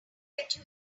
let